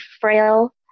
frail